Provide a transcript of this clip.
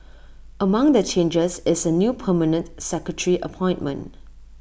among the changes is A new permanent secretary appointment